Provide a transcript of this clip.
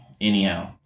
anyhow